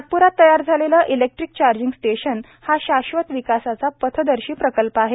नागप्रात तयार झालेले इलेक्ट्रिक चार्जींग स्टेशन हा शाश्वत विकासाचा पथदर्शी प्रकल्प आहे